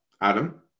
Adam